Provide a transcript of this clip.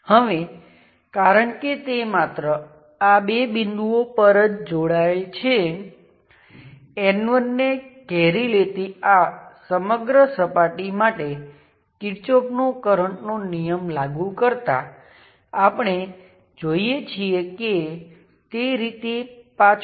અને આ ગણતરીમાં અમુક વખતની જેમ તમે રેઝિસ્ટન્સને બદલે કંડક્ટન્સનો ઉપયોગ કરશો અથવા તમે થેવેનિનનો ઉપયોગ કરશો